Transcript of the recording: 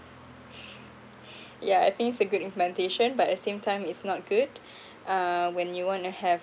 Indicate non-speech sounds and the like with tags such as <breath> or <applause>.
<breath> yeah I think it's a good implementation but at the same time it's not good <breath> uh when you want to have